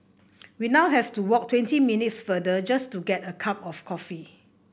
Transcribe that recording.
we now have to walk twenty minutes farther just to get a cup of coffee